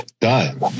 done